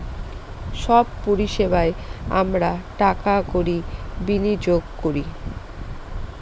সব পরিষেবায় আমরা টাকা কড়ি বিনিয়োগ করি